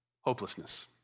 Hopelessness